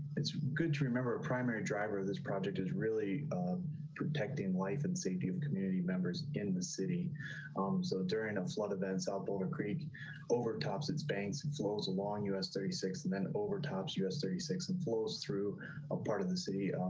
it's good to remember a primary driver of this project is really protecting life and safety of community members in the city. brandon coleman so during a flood events out boulder creek over tops its banks and flows along us thirty six and then over tops us thirty six and flows through a part of the sea,